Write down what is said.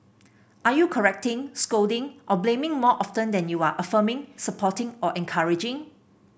are you correcting scolding or blaming more often than you are affirming supporting or encouraging